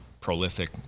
prolific